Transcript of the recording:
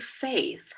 faith